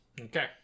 Okay